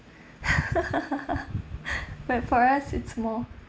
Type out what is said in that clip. but for us it's more